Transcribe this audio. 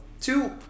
two